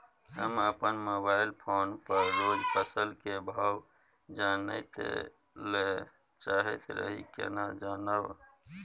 हम अपन mobile phone पर रोज फसल के भाव जानय ल चाहैत रही केना जानब?